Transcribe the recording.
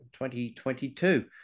2022